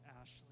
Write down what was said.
Ashley